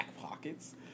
pockets